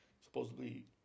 supposedly